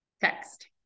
Text